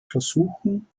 versuchen